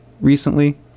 recently